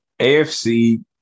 AFC